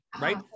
Right